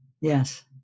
Yes